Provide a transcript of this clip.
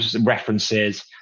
references